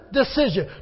decision